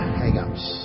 hangups